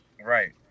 Right